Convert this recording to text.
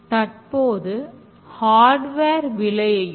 தற்போது ஹார்டுவேர் அதிகம்